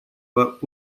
but